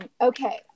Okay